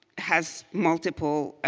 has multiple